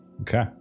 Okay